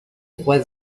trois